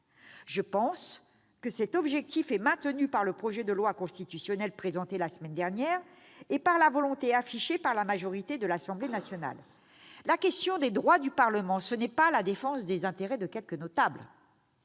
Je pense que cet objectif est maintenu par le projet de loi constitutionnelle présenté la semaine dernière et par la volonté affichée par la majorité de l'Assemblée nationale. La question des droits du Parlement, ce n'est pas la défense des intérêts de quelques notables.